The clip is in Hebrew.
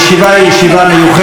אני התכוונתי ברצינות.